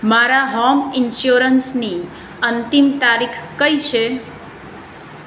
મારા હોમ ઇન્સ્યોરન્સની અંતિમ તારીખ કઈ છે